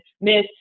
miss